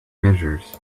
measures